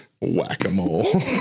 Whack-a-mole